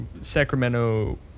Sacramento